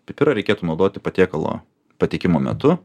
pipirą reikėtų naudoti patiekalo pateikimo metu